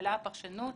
כללי הפרשנות